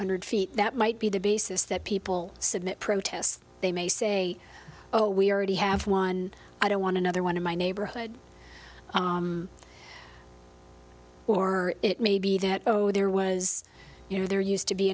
hundred feet that might be the basis that people submit protests they may say oh we already have one i don't want another one in my neighborhood or it may be that oh there was you know there used to be